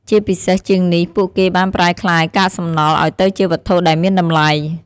ជាពិសេសជាងនេះ ពួកគេបានប្រែក្លាយកាកសំណល់ឲ្យទៅជាវត្ថុដែលមានតម្លៃ។